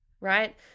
right